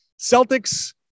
Celtics